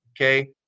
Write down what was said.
okay